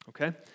okay